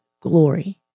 glory